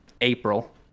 april